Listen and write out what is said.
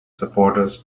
supporters